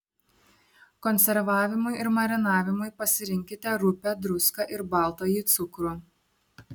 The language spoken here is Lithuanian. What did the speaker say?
konservavimui ir marinavimui pasirinkite rupią druską ir baltąjį cukrų